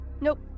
Nope